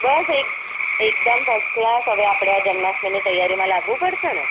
બસ એક એકદમ first class હવે આપણે આ જન્માષ્ટમીની તૈયારીમાં લાગવું પડશેને